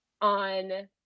on